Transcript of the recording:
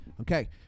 Okay